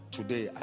Today